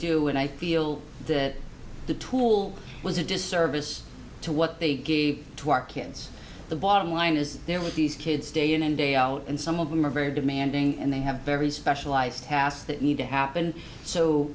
do and i feel that the tool was a disservice to what they gave to our kids the bottom line is they're with these kids day in and day out and some of them are very demanding and they have very specialized tasks that need to happen so